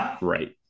Right